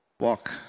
Walk